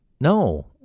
no